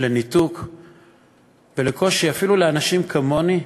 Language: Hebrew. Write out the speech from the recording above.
לניתוק ולקושי, אפילו לאנשים כמוני,